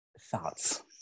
thoughts